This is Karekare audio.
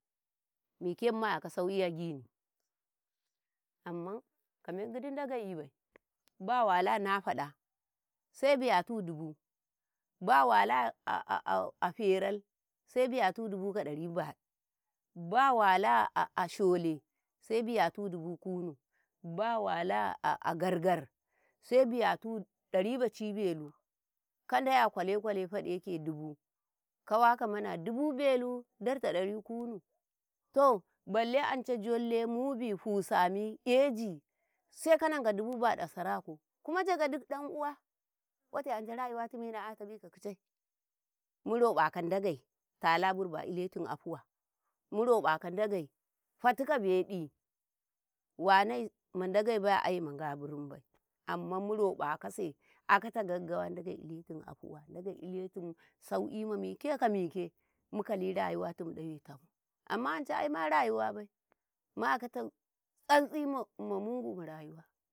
﻿Mike mayaka sauki agyini amman ka men giddi Ndageiyi bai, Nba wala nafaɗa sai bayatu dubu, ba wala aferou sai bayutu dubu ka dari baɗu, ba wala a'a sholi sai bayatu dubu kunu, ba wala a'a gar-gar sai bayatu ɗari bacibelu kade a kwalekwale faɗeke dubu, kawaka mana dubu belu darta ɗari kunu, to balle ance jolle, mubi, fusami ejii, sai kananka dubu baɗu a saraku kuma Njagau duk ɗan uwa ote ance rayuwa tumi na'yata ka kicei, muraƃaka Ndagei tala birba iletum afuwa, muraƃa ka Ndagei fati ka beɗi, wanai ma Ndagei baya ayema Nga birinbai, amman muroƃakase akata gagawa Ndagei iletum afuwa, Ndagei iletum sauki ma mike ka mike mukali rayuwatim muɗawe tam amma anca aima rayuwabai ma'aka tsatsi ma'ma mungu ma rayuwa.